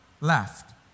left